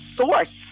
source